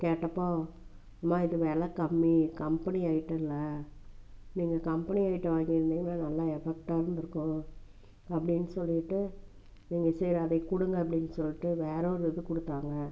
கேட்டப்போ அம்மா இது வில கம்மி கம்பெனி ஐட்டம் இல்லை நீங்கள் கம்பெனி ஐட்டம் வாங்கிருந்திங்கனால் நல்லா எஃபெக்டாக இருந்திருக்கும் அப்படின்னு சொல்லிட்டு நீங்கள் சரி அதையே கொடுங்க அப்படின்னு சொல்லிட்டு வேற ஒரு இது கொடுத்தாங்க